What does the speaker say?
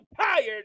tired